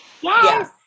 yes